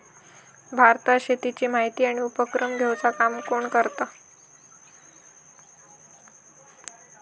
भारतात शेतीची माहिती आणि उपक्रम घेवचा काम कोण करता?